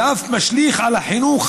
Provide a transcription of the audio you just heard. ואף משליך על החינוך,